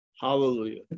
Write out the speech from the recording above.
Hallelujah